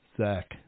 Zach